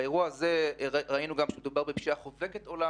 באירוע הזה ראינו שמדובר במשהו חובק עולם